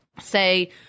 say